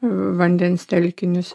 vandens telkinius